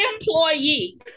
employee